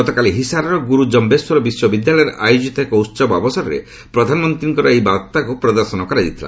ଗତକାଲି ହିସାରର ଗୁରୁ ଜମ୍ବେଶ୍ୱର ବିଶ୍ୱବିଦ୍ୟାଳୟରେ ଆୟୋଜିତ ଏକ ଉତ୍ସବ ଅବସରରେ ପ୍ରଧାନମନ୍ତ୍ରୀଙ୍କ ଏହି ବାର୍ଭାକୁ ପ୍ରଦର୍ଶନ କରାଯାଇଥିଲା